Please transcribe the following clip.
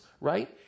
right